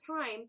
time